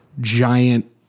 giant